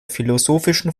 philosophischen